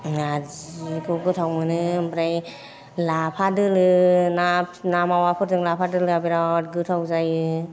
नार्जिखौ गोथाव मोनो ओमफ्राय लाफा दोलो ना मावाफोरजों लाफा दोलोआ बिराट गोथाव जायो